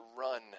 run